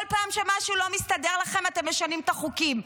כל פעם שמשהו לא מסתדר לכם, אתם משנים את החוקים.